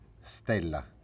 Stella